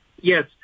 Yes